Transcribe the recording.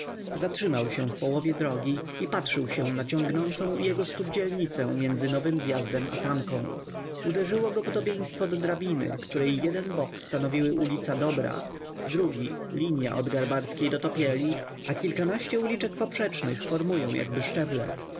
zatrzymał się w połowie drogi i patrzył się na ciągnącą u jego stóp dzielnicę między nowym zjazdem i tamką uderzyło go podobieństwo do drabiny której jeden bok stanowiły ulica dobra drugi linia od garbarskiej do topieli a kilkanaście uliczek poprzecznych formują jakby szczeble